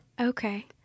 Okay